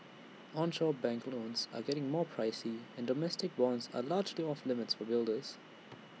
onshore bank loans are getting more pricey and domestic bonds are largely off limits for builders